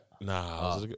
Nah